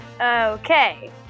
Okay